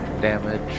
damage